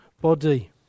body